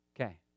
Okay